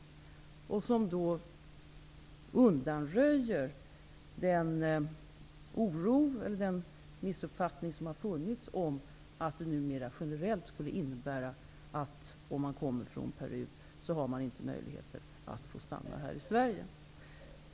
Det undanröjer den oro eller den missuppfattning som har funnits om att det numera generellt är så, att om man kommer från Peru har man inte möjligheter att få stanna här i Sverige.